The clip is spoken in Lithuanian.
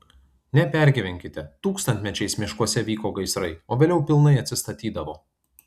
nepergyvenkite tūkstantmečiais miškuose vyko gaisrai o vėliau pilnai atsistatydavo